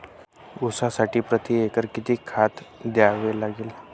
ऊसासाठी प्रतिएकर किती खत द्यावे लागेल?